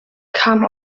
kam